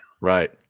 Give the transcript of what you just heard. Right